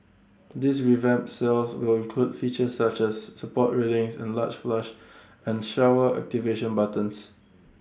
these revamped cells will include features such as support railings and large flush and shower activation buttons